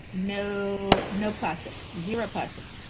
no no plastic. zero plastic.